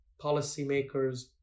policymakers